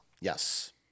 yes